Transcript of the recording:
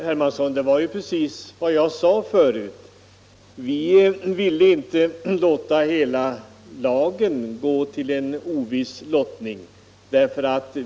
Herr talman! Det var precis vad jag sade förut, herr Hermansson. Vi ville inte låta lagens innehåll gå till en oviss lottning.